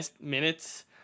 Minutes